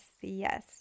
yes